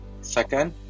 Second